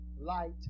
light